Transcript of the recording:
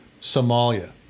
Somalia